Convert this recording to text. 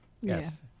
Yes